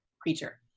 creature